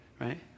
right